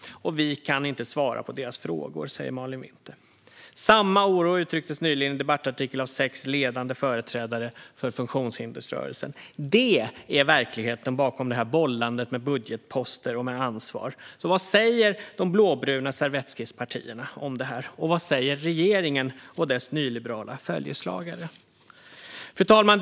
Och vi kan inte svara på deras frågor, säger Malin Winther." Samma oro uttrycktes nyligen i en debattartikel av sex ledande företrädare för funktionshindersrörelsen. Det är verkligheten bakom det här bollandet med budgetposter och ansvar. Vad säger de blåbruna servettskisspartierna om det här? Vad säger regeringen och dess nyliberala följeslagare? Fru talman!